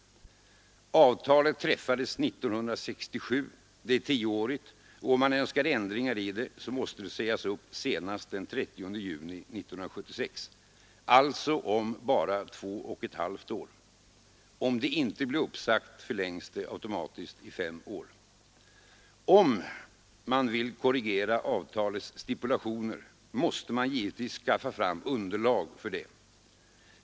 Avtalet träffades 1967, det är tioårigt och om man önskar ändringar i det måste det sägas upp senast den 30 juni 1976, alltså om bara två och ett halvt år. Om det inte blir uppsagt förlängs det automatiskt i fem år. Om man vill korrigera avtalets stipulationer måste man givetvis skaffa fram underlag för detta.